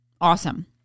awesome